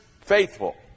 faithful